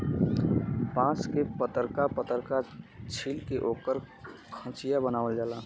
बांस के पतरका पतरका छील के ओकर खचिया बनावल जाला